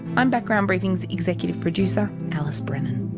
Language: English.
i'm background briefing's executive producer, alice brennan.